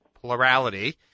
plurality